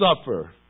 suffer